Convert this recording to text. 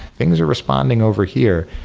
things are responding over here.